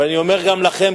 אבל אני אומר גם לכם,